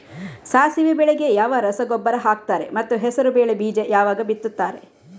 ಸಾಸಿವೆ ಬೆಳೆಗೆ ಯಾವ ರಸಗೊಬ್ಬರ ಹಾಕ್ತಾರೆ ಮತ್ತು ಹೆಸರುಬೇಳೆ ಬೀಜ ಯಾವಾಗ ಬಿತ್ತುತ್ತಾರೆ?